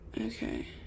Okay